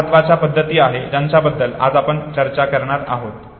चार महत्वाच्या पद्धती आहे ज्यांच्याबद्दल आज आपण चर्चा करणार आहोत